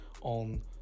on